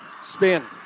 spin